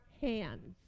hands